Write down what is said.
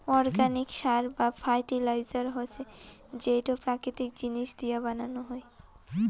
organic সার বা fertiliser হসে যেইটো প্রাকৃতিক জিনিস দিয়া বানানো হই